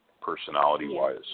personality-wise